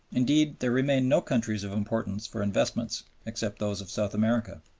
indeed there remain no countries of importance for investments except those of south america.